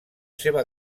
seva